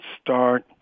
start